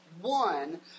One